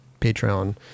Patreon